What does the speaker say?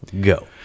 Go